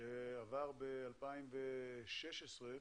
שעבר ב-2015,